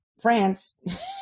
France